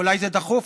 אולי זה דחוף,